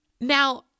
Now